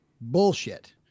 bullshit